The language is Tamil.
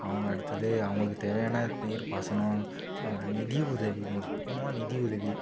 அவங்க அடுத்தது அவங்களுக்கு தேவையான நீர் பாசனம் நிதி உதவி முக்கியமாக நிதி உதவி